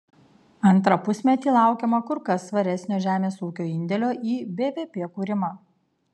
antrą pusmetį laukiama kur kas svaresnio žemės ūkio indėlio į bvp kūrimą